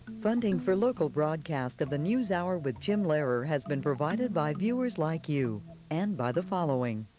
funding for local broadcast of the newshour with jim lehrer has been provided by viewers like you and by the following.